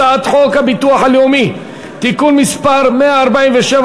הצעת חוק הביטוח הלאומי (תיקון מס' 147,